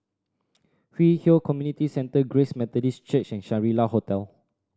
Hwi Yoh Community Centre Grace Methodist Church and Shangri La Hotel